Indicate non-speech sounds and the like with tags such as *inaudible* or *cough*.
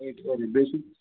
*unintelligible* بییٚہِ چھُس